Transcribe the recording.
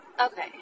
Okay